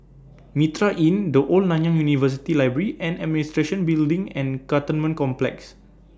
Mitraa Inn The Old Nanyang University Library and Administration Building and Cantonment Complex